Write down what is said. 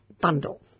bundle